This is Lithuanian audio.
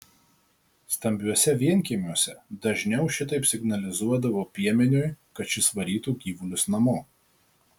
stambiuose vienkiemiuose dažniau šitaip signalizuodavo piemeniui kad šis varytų gyvulius namo